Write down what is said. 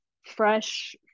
fresh